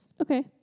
Okay